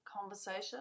conversation